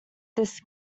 this